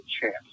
chance